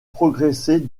progresser